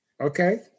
Okay